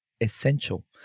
Essential